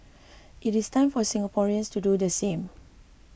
it is time for Singaporeans to do the same